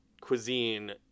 cuisine